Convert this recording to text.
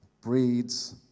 breeds